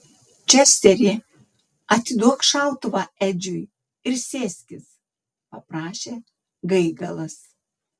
česteri atiduok šautuvą edžiui ir sėskis paprašė gaigalas